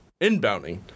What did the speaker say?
Inbounding